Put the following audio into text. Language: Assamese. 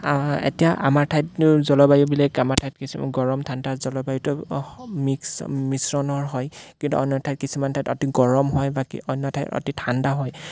এতিয়া আমাৰ ঠাইতো জলবায়ুবিলাক আমাৰ ঠাইত কিছুমান গৰম ঠাণ্ডা জলবায়ুটো মিক্স মিশ্ৰণৰ হয় কিন্তু অন্য ঠাইত কিছুমান ঠাইত অতি গৰম হয় বাকী অন্য ঠাইত অতি ঠাণ্ডা হয়